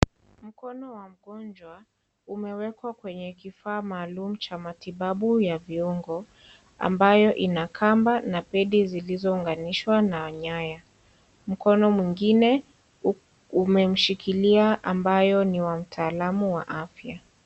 Mkono wa mgonjwa umewekwa kwenye kifaa maalum cha matibabu ya viungo, ambayo ina kamba na pedi zilizounganishwa na nyaya. Mkono mwingine umemshikilia ambayo ni ya mtaalamu wa afya.